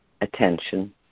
attention